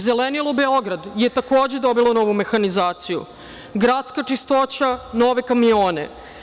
Zelenilo Beograd“ je takođe dobilo novu mehanizaciju, „Gradska čistoća“ nove kamione.